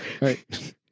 right